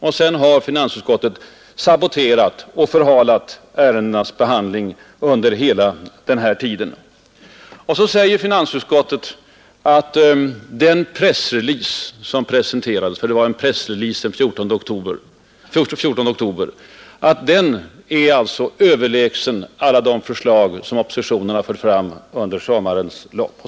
Men därefter har finansutskottet saboterat och förhalat ärendets behandling under hela tiden fram till nu. Finansutskottet utgår ifrån att den pressrelease, som presenterades den 14 oktober, är överlägsen alla de förslag som oppositionen fört fram under sommarens lopp.